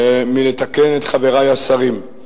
מלתקן את חברי השרים.